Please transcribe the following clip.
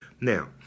now